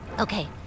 Okay